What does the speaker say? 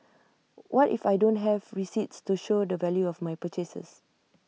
what if I don't have receipts to show the value of my purchases